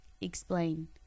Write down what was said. explain